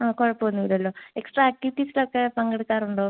ആ കുഴപ്പം ഒന്നും ഇല്ലല്ലോ എക്സ്ട്രാ ആക്ടിവിറ്റീസിലൊക്കെ പങ്കെടുക്കാറോണ്ടോ